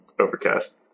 Overcast